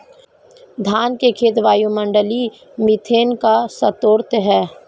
धान के खेत वायुमंडलीय मीथेन का स्रोत हैं